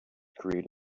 create